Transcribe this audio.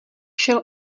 šel